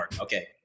okay